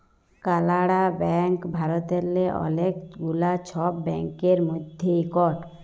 কালাড়া ব্যাংক ভারতেল্লে অলেক গুলা ছব ব্যাংকের মধ্যে ইকট